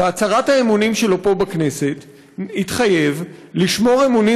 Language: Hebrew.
בהצהרת האמונים שלו פה בכנסת התחייב לשמור אמונים